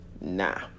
Nah